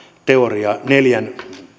teoria vaikka neljän